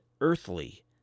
earthly